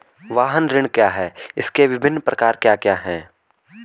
वाहन ऋण क्या है इसके विभिन्न प्रकार क्या क्या हैं?